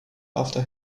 after